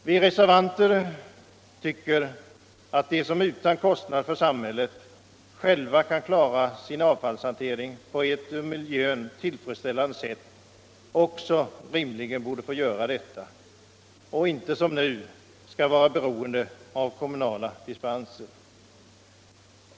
Vi reservanter tycker att de som utan kostnad för samhället själva kan klara sin avfallshantering på ett för miljön tillfredsställande sätt också rimligen borde få göra detta och inte som nu vara beroende av kommunala dispenser.